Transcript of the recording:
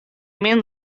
min